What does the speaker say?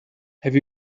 have